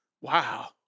Wow